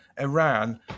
iran